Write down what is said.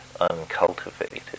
uncultivated